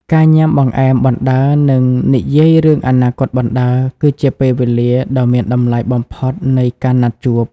ការញ៉ាំបង្អែមបណ្ដើរ និងនិយាយរឿងអនាគតបណ្ដើរ គឺជាពេលវេលាដ៏មានតម្លៃបំផុតនៃការណាត់ជួប។